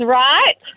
right